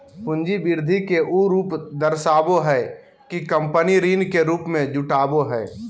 पूंजी वृद्धि के उ रूप दर्शाबो हइ कि कंपनी ऋण के रूप में जुटाबो हइ